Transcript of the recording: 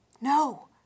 No